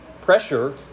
pressure